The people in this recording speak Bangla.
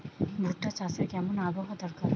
ভুট্টা চাষে কেমন আবহাওয়া দরকার?